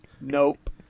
Nope